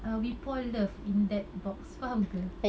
uh we pour love in that box faham ke